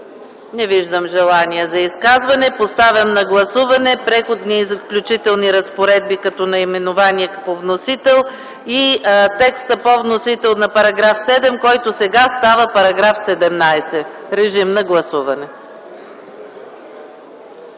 Не виждам желание за изказвания. Поставям на гласуване „Преходни и заключителни разпоредби” като наименование по вносител и текста по вносител на § 13, който сега става § 17. Гласували